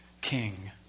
king